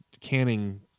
canning